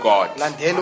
God